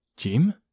Jim